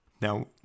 now